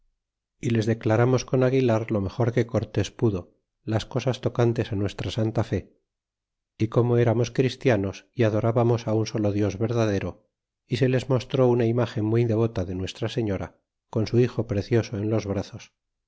y les declaramos con aguilar lo mejor qq p cortés pudo las cosas tocantes á nuestra santa fe y como eramos christianos y adorábamos un solo dios verdadero y se les mostró una imagen muy devota de nuestra señora con su hijo precioso en los brazos